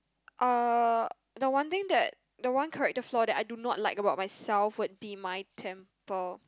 uh the one thing that the one character flaw that I do not like about myself would be my temper